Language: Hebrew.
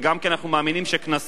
וגם כי אנחנו מאמינים שקנסות